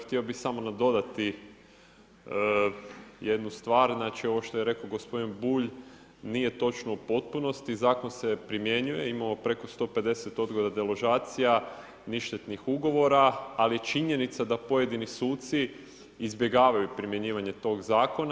Htio bi samo nadodati jednu stvar, ovo što je rekao gospodin Bulj nije točno u potpunosti, zakon se primjenjuje imamo preko 150 odgoda deložacija, ništetnih ugovora, ali je činjenica da pojedini suci izbjegavaju primjenjivanje tog zakona.